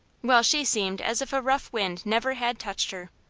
while she seemed as if a rough wind never had touched her.